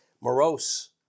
morose